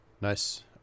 Nice